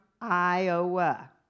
Iowa